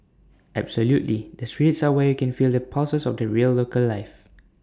absolutely the streets are where you can feel the pulses of the real local life